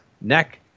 neck